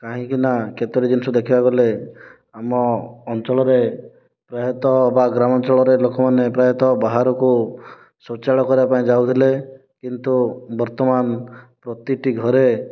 କାହିଁକି ନା କେତୋଟି ଜିନିଷ ଦେଖିବାକୁ ଗଲେ ଆମ ଅଞ୍ଚଳରେ ପ୍ରାୟତଃ ବା ଗ୍ରାମାଞ୍ଚଳରେ ଲୋକମାନେ ପ୍ରାୟତଃ ବାହାରକୁ ଶୌଚାଳୟ କରିବାପାଇଁ ଯାଉଥିଲେ କିନ୍ତୁ ବର୍ତ୍ତମାନ ପ୍ରତିଟି ଘରେ